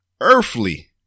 earthly